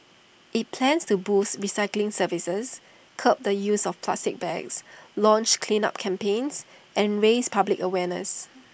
IT plans to boost recycling services curb the use of plastic bags launch cleanup campaigns and raise public awareness